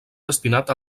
destinat